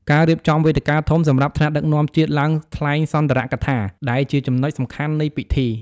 ការរៀបចំវេទិកាធំ សម្រាប់ថ្នាក់ដឹកនាំជាតិឡើងថ្លែងសុន្ទរកថា ដែលជាចំណុចសំខាន់នៃពិធី។